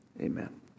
Amen